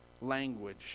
language